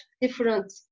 different